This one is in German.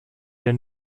der